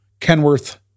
Kenworth